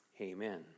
amen